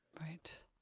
Right